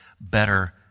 better